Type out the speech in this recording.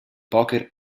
poker